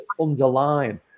underline